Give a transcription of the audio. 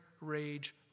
rage